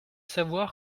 savoir